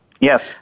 Yes